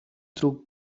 through